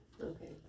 Okay